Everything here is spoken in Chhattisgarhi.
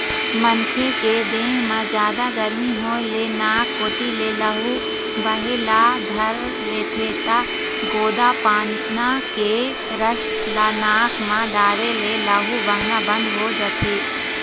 मनखे के देहे म जादा गरमी होए ले नाक कोती ले लहू बहे ल धर लेथे त गोंदा पाना के रस ल नाक म डारे ले लहू बहना बंद हो जाथे